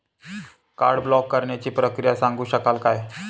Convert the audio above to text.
Card block करण्याची प्रक्रिया सांगू शकाल काय?